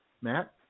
Matt